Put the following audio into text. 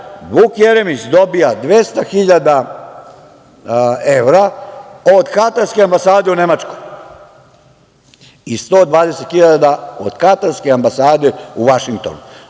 Vuk Jeremić dobija 200.000 evra od katarske ambasade u Nemačkoj i 120.000 od katarske ambasade u Vašingtonu.